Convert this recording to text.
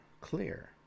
clear